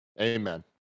Amen